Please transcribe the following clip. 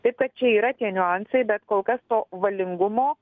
taip kad čia yra tie niuansai bet kol kas to valingumo